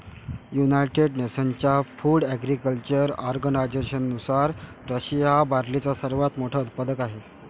United नेशन्सच्या food agriculture ऑर्गनायझेशननुसार, Russia हा बार्लीचा सर्वात मोठा उत्पादक आहे